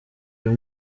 uyu